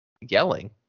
Yelling